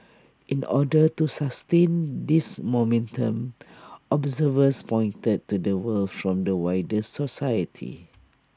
in order to sustain this momentum observers pointed to the support from the wider society